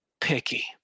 picky